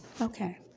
Okay